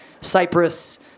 Cyprus